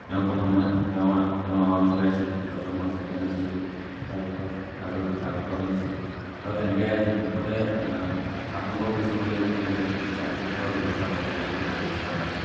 তেওঁক প্ৰথমে মাতি তেওঁ তেওঁ আমাৰ অঞ্চলৰেই আছিল তাৰপাছত মই ছেকেণ্ড আছিলোঁ তাৰপাছত থাৰ্ডত থাৰ্ড পোৱাজন আছিল তাৰপাছত তেনেকৈ মুঠতে সাত নম্বৰ পজিশ্যনলৈকে এনেকৈ মানে চাৰ্টিফিকেটৰ ব্যৱস্থা কৰা হৈছিল চাৰ্টিফিকেট দিয়াৰ ব্যৱস্থা কৰা আছিল